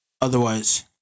Otherwise